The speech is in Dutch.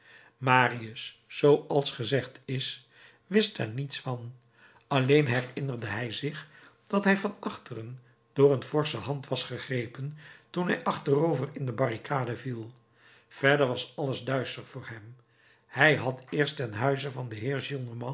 marius zooals gezegd is wist daar niets van alleen herinnerde hij zich dat hij van achteren door een forsche hand was gegrepen toen hij achterover in de barricade viel verder was alles duister voor hem hij had eerst ten huize van den